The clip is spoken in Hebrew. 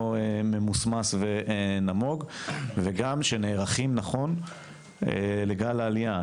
ממוסמס ונמוג וגם שנערכים נכון לגל העלייה,